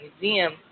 Museum